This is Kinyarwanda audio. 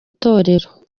itorero